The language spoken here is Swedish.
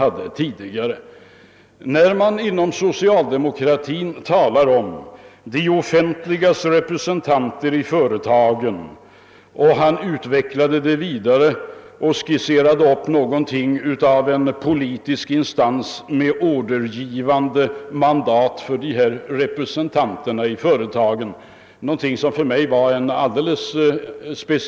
Han hänvisade till att socialdemokraterna talar om insättande av offentliga representanter i företagen. Han vidareutvecklade denna tanke genom att skissera upp något av en politisk instans med ordergivande befogenhet i företagen — något som för mig var en fullständig nyhet.